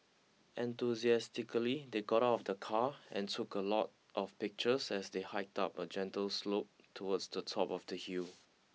enthusiastically they got out of the car and took a lot of pictures as they hiked up a gentle slope towards the top of the hill